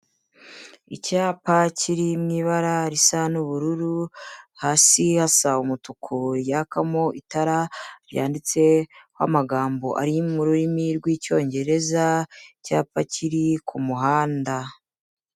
Icyapa kiri mu ibara risa n'ubururu hasi hasa umutuku yakamo itara, cyanditseho amagambo ari mu rurimi rw'Icyongereza, icyapa kiri ku muhanda.